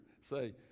say